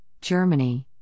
Germany